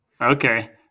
okay